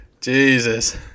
Jesus